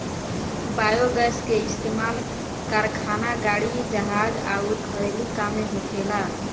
biogas के इस्तमाल कारखाना, गाड़ी, जहाज अउर घरेलु काम में होखेला